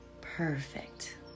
Perfect